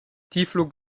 tiefflug